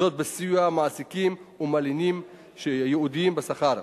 וזאת בסיוע מעסיקים ומלינים ייעודיים בשכר.